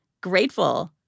grateful